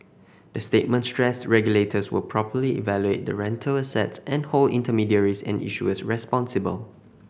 the statement stressed regulators will properly evaluate the rental assets and hold intermediaries and issuers responsible